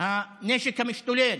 הנשק המשתולל.